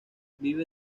vive